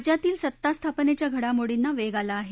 राज्यातील सत्ता स्थापनेच्या घडामोडींना वेग आला आहे